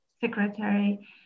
Secretary